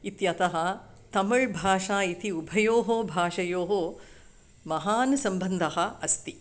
इत्यतः तमिळ्भाषा इति उभयोः भाषयोः महान् सबन्धः अस्ति